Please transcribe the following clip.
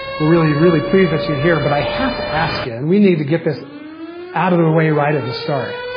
we're really really pleased that you're here, but i have to ask it and we need to get this out of the way right at the start.